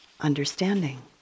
understanding